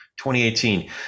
2018